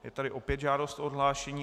Je tady opět žádost o odhlášení.